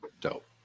Dope